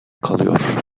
kalıyor